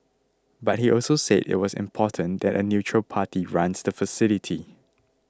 but he also said it was important that a neutral party runs the facility